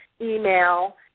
email